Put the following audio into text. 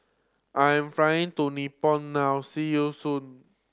I am flying to Nepal now see you soon